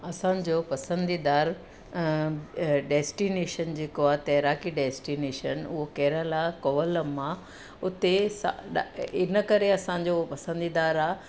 असांजो पसंदीदारु डेस्टिनेशन जेको आहे तैराकी डेस्टिनेशन उहो केरला कोल्लम उते सा डा इनकरे असांजो पसंदीदारु आहे